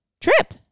trip